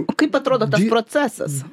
o kaip atrodo tas procesas